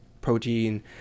protein